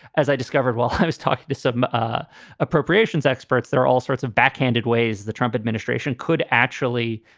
as i discovered while i was talking to some ah appropriations appropriations experts, there are all sorts of backhanded ways the trump administration could actually